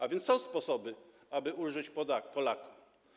A więc są sposoby, aby ulżyć Polakom.